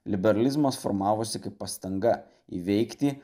liberalizmas formavosi kaip pastanga įveikti